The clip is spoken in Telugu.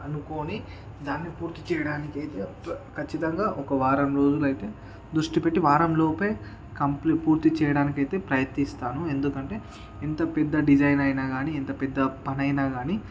అనుకోని దాని పూర్తి చేయడానికైతే ఖచ్చితంగా ఒక వారం రోజులు అయితే దృష్టి పెట్టి వారం లోపే కంప్లీట్ పూర్తి చేయడానికైతే ప్రయత్నిస్తాను ఎందుకంటే ఎంత పెద్ద డిజైన్ అయినా కాని ఎంత పెద్ద పని అయినా కాని